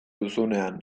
duzunean